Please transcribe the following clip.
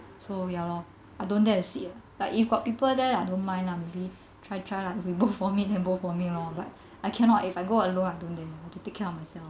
so ya lor I don't dare to sit ah like if got people there I don't mind lah maybe try try lah if we both vomit then both vomit lor but I cannot if I go alone I don't dare have to take care of myself